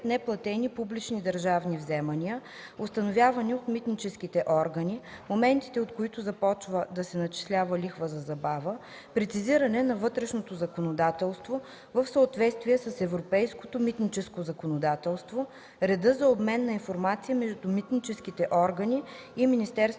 неплатени публични държавни вземания, установявани от митническите органи, моментите, от които започва да се начислява лихва за забава, прецизиране на вътрешното законодателство в съответствие с европейското митническо законодателство, реда за обмен на информация между митническите органи и Министерството